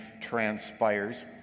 transpires